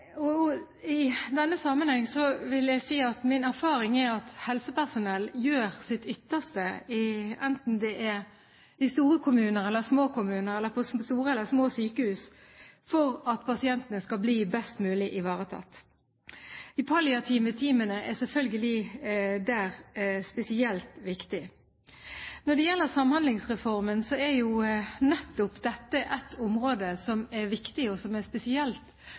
I denne sammenheng vil jeg si at min erfaring er at helsepersonell gjør sitt ytterste enten det er i store kommuner eller i små kommuner, på store sykehus eller på små sykehus, for at pasientene skal bli best mulig ivaretatt. De palliative teamene er selvfølgelig der spesielt viktig. Når det gjelder Samhandlingsreformen, er nettopp dette et område som er viktig, og som er spesielt